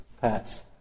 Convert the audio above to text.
pass